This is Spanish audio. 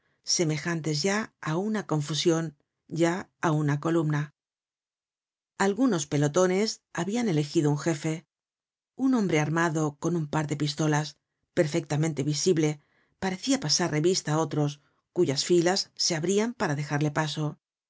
semejantes ya á una confusion ya á una columna algunos pelotones habian elegido un jefe un hombre armado con un par de pistolas perfectamente visible parecia pasar revista á otros cuyas filas se abrian para dejarle paso